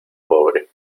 pobre